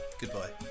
Goodbye